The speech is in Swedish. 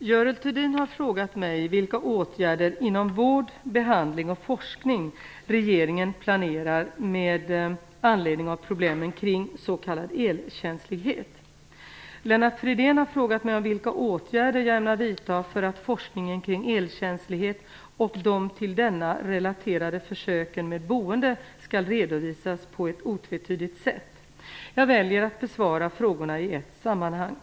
Görel Thurdin har frågat mig vilka åtgärder inom vård, behandling och forskning regeringen planerar med anledning av problemen kring s.k. elkänslighet. Lennart Fridén har frågat mig vilka åtgärder jag ämnar vidta för att forskningen kring elkänslighet och de till denna relaterade försöken med boende skall redovisas på ett otvetydigt sätt. Jag väljer att besvara frågorna i ett sammanhang.